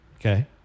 Okay